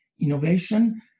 innovation